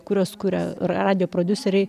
kuriuos kuria radijo prodiuseriai